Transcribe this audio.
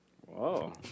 Whoa